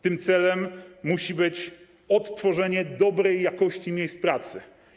Tym celem musi być odtworzenie dobrej jakości miejsc pracy.